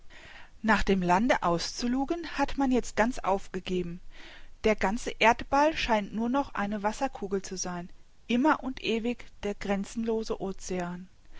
nach dem lande auszulugen hat man jetzt ganz aufgegeben der ganze erdball scheint nur noch eine wasserkugel zu sein immer und ewig der grenzenlose ocean